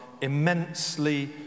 immensely